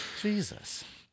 Jesus